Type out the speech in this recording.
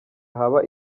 haba